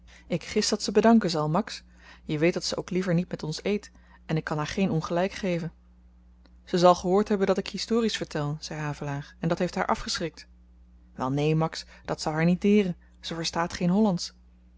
ik gis dat ze bedanken zal max je weet dat ze ook liever niet met ons eet en ik kan haar geen ongelyk geven ze zal gehoord hebben dat ik histories vertel zei havelaar en dat heeft haar afgeschrikt wel neen max dat zou haar niet deren ze verstaat geen hollandsch